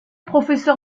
professeur